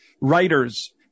writers